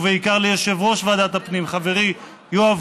ובעיקר ליושב-ראש ועדת הפנים חברי יואב